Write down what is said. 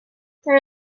there